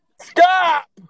Stop